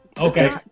Okay